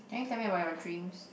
can you tell me about your dreams